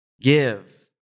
Give